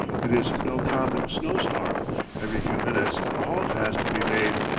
it is no common snow-storm every few minutes a halt has to be made,